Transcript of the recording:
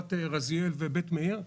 רמת רזיאל ובית מאיר,